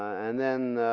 and then